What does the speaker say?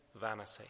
vanity